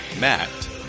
Matt